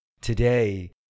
Today